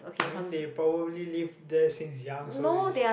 I mean they probably live there since young so they